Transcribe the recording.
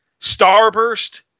Starburst